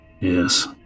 Yes